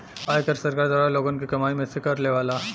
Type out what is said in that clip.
आयकर सरकार द्वारा लोगन क कमाई में से कर लेवला